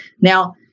Now